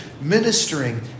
ministering